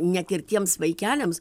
net ir tiems vaikeliams